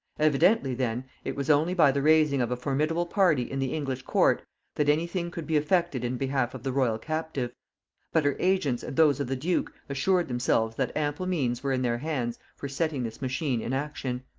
evidently then it was only by the raising of a formidable party in the english court that any thing could be effected in behalf of the royal captive but her agents and those of the duke assured themselves that ample means were in their hands for setting this machine in action.